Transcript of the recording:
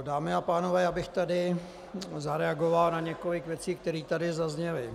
Dámy a pánové, já bych tady zareagoval na několik věcí, které tady zazněly.